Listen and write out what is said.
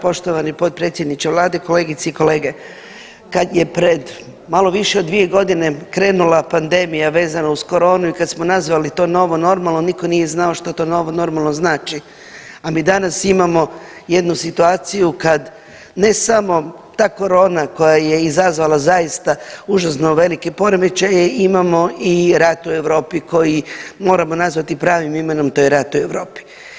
Poštovani potpredsjedniče vlade, kolegice i kolege, kad je pred malo više od 2 godine krenula pandemija vezana uz koronu i kad smo nazvali to novo normalno nitko nije znao što to novo normalno znači, a mi danas imamo jednu situaciju kad ne samo ta korona koja je izazvala zaista užasno velike poremećaje imamo i rat u Europi koji moramo nazvati pravim imenom to je rat u Europi.